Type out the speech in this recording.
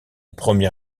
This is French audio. premier